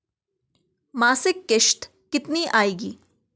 मासिक किश्त कितनी आएगी?